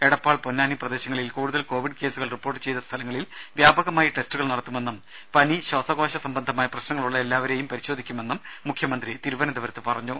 എടപ്പാൾ പൊന്നാനി പ്രദേശങ്ങളിൽ കൂടുതൽ കോവിഡ് കേസുകൾ റിപ്പോർട്ട് ചെയ്ത സ്ഥലങ്ങളിൽ വ്യാപകമായി ടെസ്റ്റുകൾ നടത്തുമെന്നും പനി ശ്വാസകോശ സംബന്ധമായ പ്രശ്നങ്ങൾ ഉള്ള എല്ലാവരെയും പരിശോധിക്കുമെന്നും മുഖ്യമന്ത്രി തിരുവന്തപുരത്ത് പറഞ്ഞു